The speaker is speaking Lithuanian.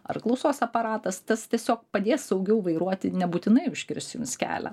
ar klausos aparatas tas tiesiog padės saugiau vairuoti nebūtinai užkirs jums kelią